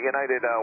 United